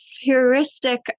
heuristic